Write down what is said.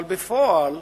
אבל בפועל,